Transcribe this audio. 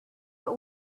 but